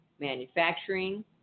manufacturing